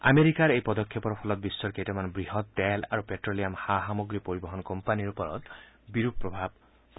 আমেৰিকাৰ এই পদক্ষেপৰ ফলত বিশ্বৰ কেইটামান বৃহৎ তেল আৰু পেট্ লিয়াম সা সামগ্ৰী পৰিবহণ কোম্পানীৰ ওপৰত প্ৰভাৱ পৰিব